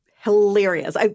hilarious